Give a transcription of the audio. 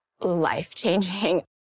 life-changing